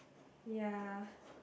ya